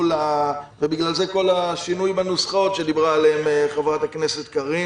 ובגלל זה כל השינוי בנוסחאות שדיברה עליהן חברת הכנסת אלהרר.